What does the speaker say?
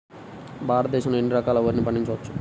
భారతదేశంలో ఎన్ని రకాల వరిని పండించవచ్చు